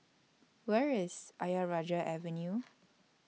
Where IS Ayer Rajah Avenue